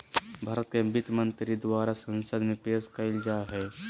भारत के वित्त मंत्री द्वारा संसद में पेश कइल जा हइ